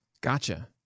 Gotcha